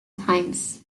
times